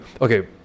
okay